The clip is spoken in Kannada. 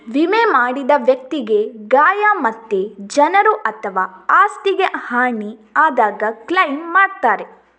ವಿಮೆ ಮಾಡಿದ ವ್ಯಕ್ತಿಗೆ ಗಾಯ ಮತ್ತೆ ಜನರು ಅಥವಾ ಆಸ್ತಿಗೆ ಹಾನಿ ಆದಾಗ ಕ್ಲೈಮ್ ಮಾಡ್ತಾರೆ